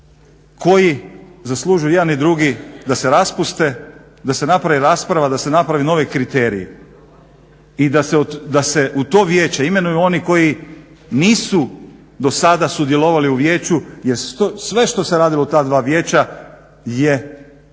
koji zaslužuju i jedan i drugi da se raspuste, da se napravi rasprava, da se naprave novi kriteriji i da se u to vijeće imenuju oni koji nisu do sada sudjelovali u vijeću jer sve što se radilo u ta dva vijeća je zavijeno